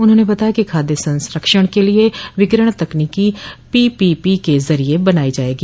उन्होंने बताया कि खाद्य संरक्षण के लिए विकिरण तकनीकी पीपीपी के जरिये बनायी जायेगी